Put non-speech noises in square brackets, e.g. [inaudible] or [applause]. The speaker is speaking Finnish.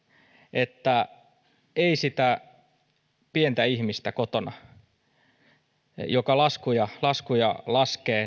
että ei sitä pientä ihmistä joka kotona laskuja laskee [unintelligible]